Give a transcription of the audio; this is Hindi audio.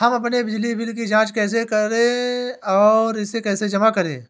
हम अपने बिजली बिल की जाँच कैसे और इसे कैसे जमा करें?